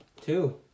Two